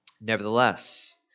Nevertheless